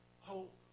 hope